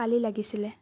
কালি লাগিছিলে